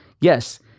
yes